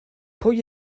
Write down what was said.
pwy